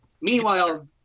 Meanwhile